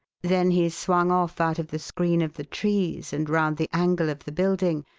then he swung off out of the screen of the trees and round the angle of the building,